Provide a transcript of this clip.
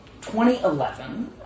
2011